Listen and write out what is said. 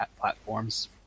platforms